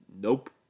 Nope